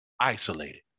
isolated